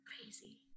crazy